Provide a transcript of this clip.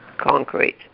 concrete